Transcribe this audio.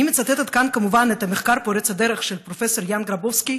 אני מצטטת כאן כמובן את המחקר פורץ הדרך של פרופסור יאן גרבובסקי,